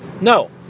No